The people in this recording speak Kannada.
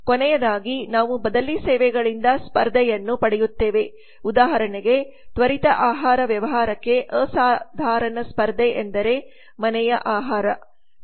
ಕೊನೆಯದಾಗಿ ನಾವು ಬದಲಿ ಸೇವೆಗಳಿಂದ ಸ್ಪರ್ಧೆಯನ್ನು ಪಡೆಯುತ್ತೇವೆ ಉದಾಹರಣೆಗೆ ತ್ವರಿತ ಆಹಾರ ವ್ಯವಹಾರಕ್ಕೆ ಅಸಾಧಾರಣ ಸ್ಪರ್ಧೆ ಎಂದರೆ ಮನೆಯ ಆಹಾರ